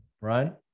right